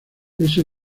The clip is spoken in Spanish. ese